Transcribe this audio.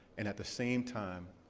and at the same time,